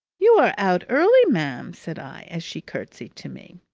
you are out early, ma'am, said i as she curtsied to me.